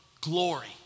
glory